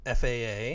FAA